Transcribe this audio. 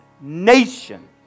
nation